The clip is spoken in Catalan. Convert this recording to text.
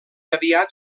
aviat